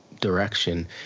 direction